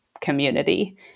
community